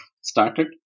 started